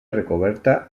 recoberta